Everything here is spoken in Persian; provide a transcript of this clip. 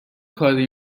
کاری